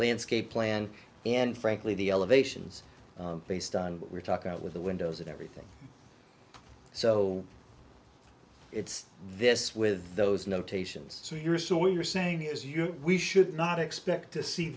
landscape plan and frankly the elevations based on what we're talking about with the windows and everything so it's this with those notations so you're so we were saying it was you we should not expect to see